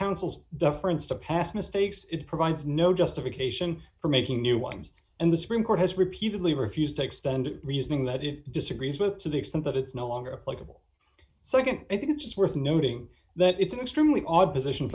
insoles deference to past mistakes it provides no justification for making new ones and the supreme court has repeatedly refused to extend reasoning that it disagrees with to the extent that it's no longer likable so again i think it's worth noting that it's an extremely odd position